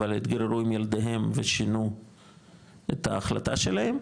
אבל התגוררו עם ילדיהם ושינו את ההחלטה שלהם,